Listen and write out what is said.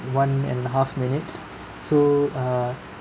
one and a half minutes so err